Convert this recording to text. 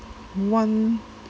one